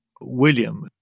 William